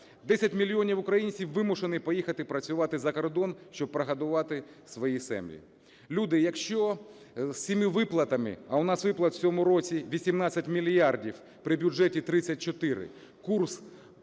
10 мільйонів українців вимушені поїхати працювати за кордон, щоб прогодувати свої сім'ї. Люди, якщо з цими виплатами, а у нас виплат в цьому році 18 мільярдів при бюджеті 34, курс